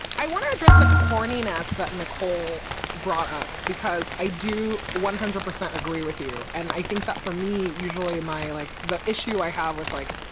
i want to address the corny and ask that nicole brought up because i do one hundred percent agree with you. and i think that for me usually my like the issue i have with like